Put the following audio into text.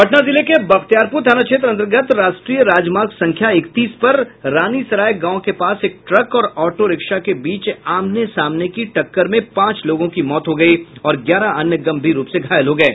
पटना जिले के बख्तियारपुर थाना क्षेत्र अंतर्गत राष्ट्रीय राजमार्ग संख्या इकतीस पर रानी सराय गांव के पास एक ट्रक और ऑटोरिक्शा के बीच आमने सामने की टक्कर में पांच लोगों की मौत हो गयी और ग्यारह अन्य गंभीर रूप से घायल हो गये